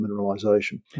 mineralisation